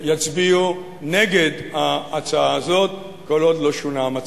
יצביעו נגד ההצעה הזאת, כל עוד לא שונה המצב.